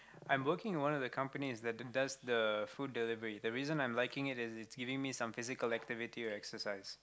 I'm working in one of the companies that does the food delivery the reason I'm liking it is it's giving me some physical activity to exercise